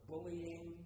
bullying